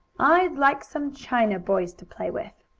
i'd like some china boys to play with.